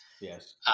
Yes